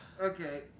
Okay